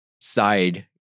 side